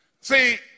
See